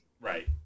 Right